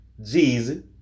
Jeezy